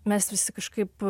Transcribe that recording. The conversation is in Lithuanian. mes visi kažkaip